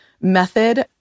method